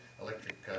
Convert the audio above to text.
electric